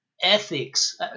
Ethics